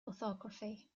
orthography